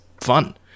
fun